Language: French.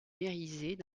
mériset